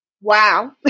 Wow